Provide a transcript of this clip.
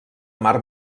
mar